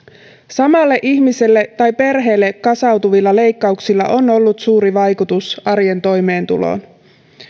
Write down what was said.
samalle ihmiselle tai perheelle kasautuvilla leikkauksilla on ollut suuri vaikutus arjen toimeentuloon